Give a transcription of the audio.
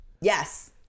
Yes